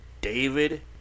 David